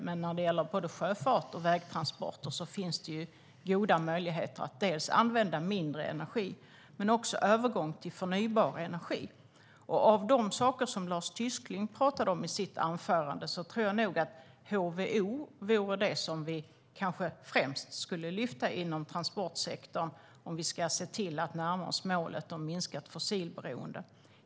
Men när det gäller både sjöfart och vägtransporter finns det goda möjligheter att dels använda mindre energi, dels få till en övergång till förnybar energi. Av de saker som Lars Tysklind talade om i sitt anförande tror jag att HVO är det som vi främst borde lyfta inom transportsektorn om vi ska se till att närma oss målet om minskat fossilberoende.